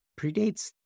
predates